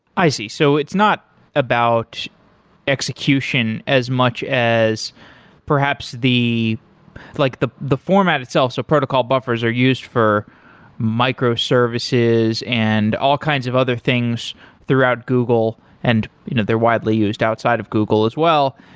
i see. so it's not about execution as much as perhaps the like the format itself. so protocol buffers are used for microservices and all kinds of other things throughout google and you know they're widely used outside of google as well,